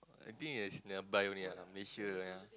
I think is nearby only Malaysia yea